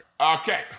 Okay